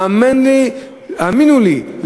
האמינו לי,